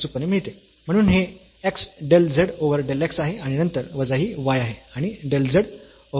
म्हणून हे x del z over del x आहे आणि नंतर वजा हा y आहे आणि डेल z ओव्हर डेल आहे